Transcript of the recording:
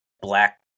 black